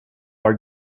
are